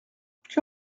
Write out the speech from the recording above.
que